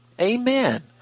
Amen